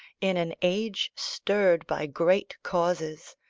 in an age stirred by great causes,